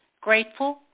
grateful